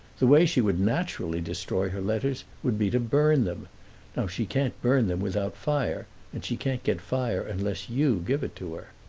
the way she would naturally destroy her letters would be to burn them. now she can't burn them without fire, and she can't get fire unless you give it to her.